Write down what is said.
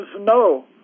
no